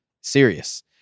Serious